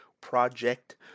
Project